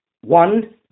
one